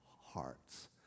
hearts